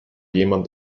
jemand